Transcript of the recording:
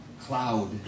cloud